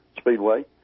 Speedway